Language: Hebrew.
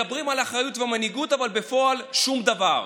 מדברים על אחריות ומנהיגות אבל בפועל, שום דבר.